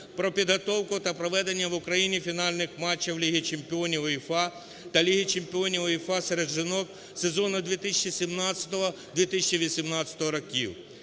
"Про підготовку та проведення в Україні фінальних матчів Ліги чемпіонів УЄФА та Ліги чемпіонів УЄФА серед жінок сезону 2017/2018 років",